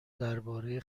درباره